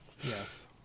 Yes